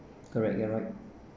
correct yeah right